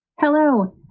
Hello